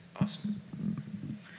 Awesome